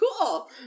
Cool